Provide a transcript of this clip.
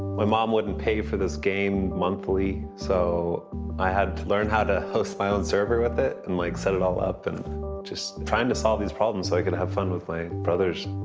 my mom wouldn't pay for this game monthly, so i had to learn how to host my own server with it and like set it all up, and just trying to solve these problems, so i could have fun with my brothers.